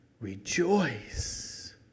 rejoice